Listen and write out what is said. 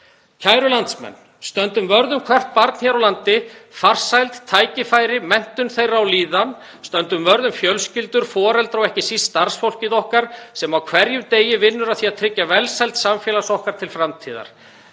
Kæru landsmenn. Stöndum vörð um hvert barn hér á landi, farsæld, tækifæri, menntun þeirra og líðan. Stöndum vörð um fjölskyldur, foreldra og ekki síst starfsfólkið okkar sem á hverjum degi vinnur að því að tryggja velsæld samfélags okkar til framtíðar.